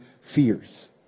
fears